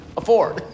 afford